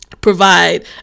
provide